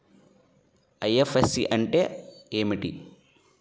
IFSC అంటే ఏమిటి?